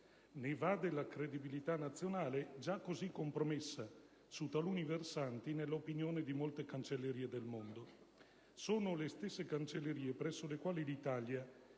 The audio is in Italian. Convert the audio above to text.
ne va della credibilità nazionale, già così compromessa su taluni versanti nell'opinione di molte Cancellerie del mondo. Sono le stesse Cancellerie presso le quali l'Italia